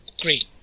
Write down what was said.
great